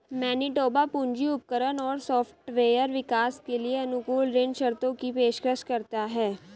Manitoba पूंजी उपकरण और सॉफ्टवेयर विकास के लिए अनुकूल ऋण शर्तों की पेशकश करता है